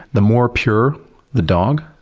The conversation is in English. the more pure the dog,